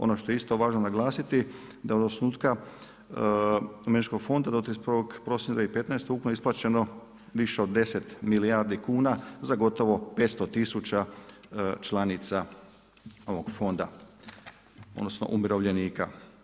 Ono što je isto važno naglasiti da od osnutka umirovljeničkog fonda do 31. prosinca 2015. ukupno je isplaćeno više od 10 milijardi kuna za gotovo 500 tisuća članica ovog fonda, odnosno umirovljenika.